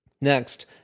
Next